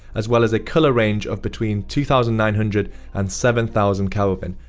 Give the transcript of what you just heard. as well as, a color range of between two thousand nine hundred and seven thousand kelvin.